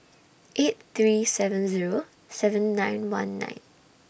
eight three seven Zero seven nine one nine